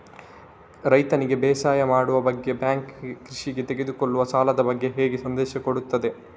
ರೈತನಿಗೆ ಬೇಸಾಯ ಮಾಡುವ ಬಗ್ಗೆ ಬ್ಯಾಂಕ್ ಕೃಷಿಗೆ ತೆಗೆದುಕೊಳ್ಳುವ ಸಾಲದ ಬಗ್ಗೆ ಹೇಗೆ ಸಂದೇಶ ಕೊಡುತ್ತದೆ?